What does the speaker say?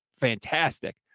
fantastic